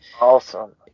Awesome